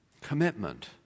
commitment